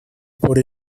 por